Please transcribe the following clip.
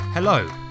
Hello